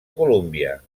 colúmbia